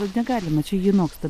vat negalima čia ji noksta